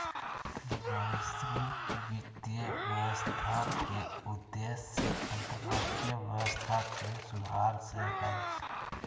वैश्विक वित्तीय व्यवस्था के उद्देश्य अन्तर्राष्ट्रीय व्यवस्था के सुधारे से हय